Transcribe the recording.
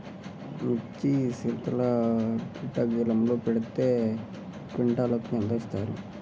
మిర్చి శీతల గిడ్డంగిలో పెడితే క్వింటాలుకు ఎంత ఇస్తారు?